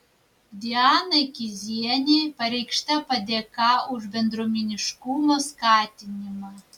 dianai kizienei pareikšta padėka už bendruomeniškumo skatinimą